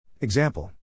Example